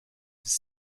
this